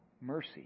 mercy